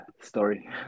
story